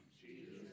Jesus